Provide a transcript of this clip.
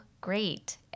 great